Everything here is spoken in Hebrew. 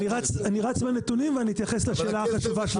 אני רץ עם הנתונים ואני אתייחס לשאלה החשובה שלך.